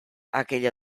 aquella